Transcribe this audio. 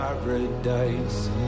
paradise